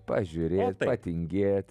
pažiūrėt patingėt